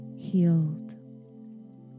healed